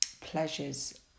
pleasures